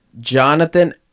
Jonathan